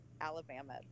Alabama